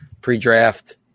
pre-draft